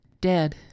dead